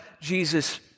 Jesus